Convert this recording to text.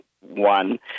one